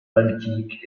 baltique